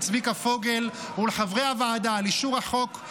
צביקה פוגל ולחברי הוועדה על אישור החוק,